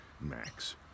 max